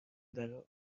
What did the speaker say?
درو